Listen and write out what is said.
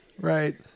Right